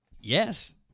Yes